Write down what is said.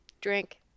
Drink